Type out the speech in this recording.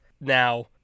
now